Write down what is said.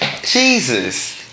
jesus